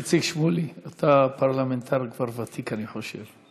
איציק שמולי, אתה כבר פרלמנטר ותיק, אני חושב.